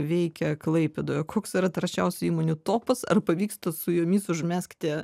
veikia klaipėdoje koks yra taršiausių įmonių topas ar pavyksta su jomis užmegzti